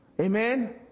Amen